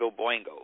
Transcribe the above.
Boingo